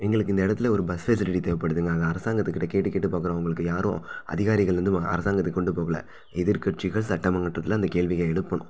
எங்களுக்கு இந்த இடத்துல ஒரு பஸ் ஃபெசிலிட்டி தேவைப்படுது நாங்க அரசாங்கத்துக்கிட்ட கேட்டு கேட்டு பார்க்கறோம் அவங்களுக்கு யாரும் அதிகாரிகள் வந்து வ அரசாங்கத்துக்குக் கொண்டு போகல எதிர்க்கட்சிகள் சட்டமங்கட்டத்தில் அந்த கேள்வியை எழுப்பணும்